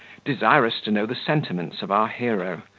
desirous to know the sentiments of our hero,